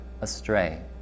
astray